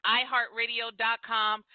iheartradio.com